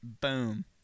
boom